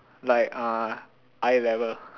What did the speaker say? like uh eye level